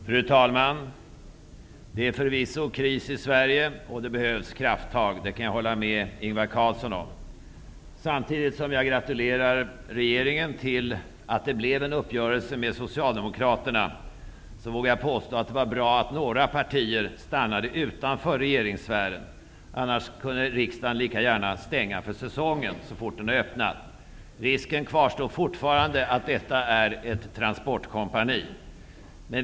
Fru talman! Det är förvisso kris i Sverige, och det behövs krafttag -- det kan jag hålla med Ingvar Carlsson om. Samtidigt som jag gratulerar regeringen till att det blev en uppgörelse med Socialdemokraterna vågar jag påstå att det var bra att några partier stannade utanför regeringssfären -- annars kunde riksdagen lika gärna stänga för säsongen, så fort den har öppnat. Risken kvarstår att detta är ett transportkompani.